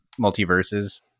multiverses